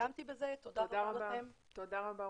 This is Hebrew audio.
תודה רבה לכם.